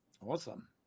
Awesome